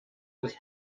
ist